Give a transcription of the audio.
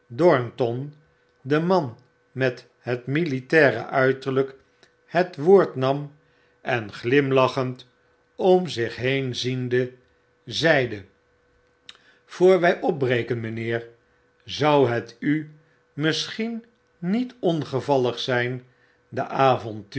dornton de man met het militaire uiterlyk het woord nam en glimlachend om zich heen ziende zeide voor w opbreken mynheer zou het u misschien niet ongevallig zyn de avonturen